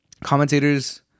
commentators